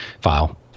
file